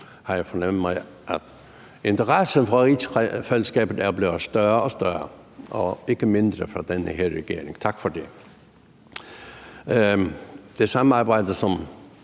har jeg fornemmet, at interessen for rigsfællesskabet er blevet større og større – og ikke mindre fra den her regerings side. Tak for det. Det samarbejde, som